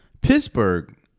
Pittsburgh